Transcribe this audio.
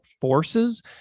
forces